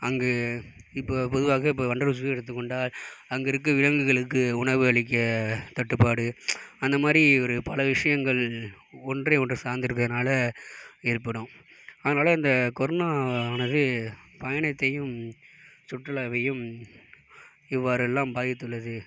அங்கே இப்போ பொதுவாக இப்போ வண்டலுர் ஜூ எடுத்துக் கொண்டால் அங்கே இருக்கும் விலங்குகளுக்கு உணவளிக்க தட்டுப்பாடு அந்தமாதிரி ஒரு பல விஷயங்கள் ஒன்றையொன்று சார்ந்து இருக்கிறதுனால ஏற்படும் அதனால் இந்த கொரோனா ஆனது பயணத்தையும் சுற்றுலாவையும் இவ்வாறு எல்லாம் பாதித்துள்ளது